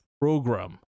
program